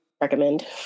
recommend